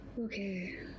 Okay